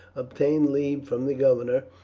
obtain leave from the governor,